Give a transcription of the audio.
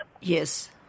Yes